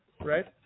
right